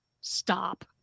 stop